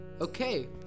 Okay